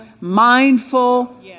mindful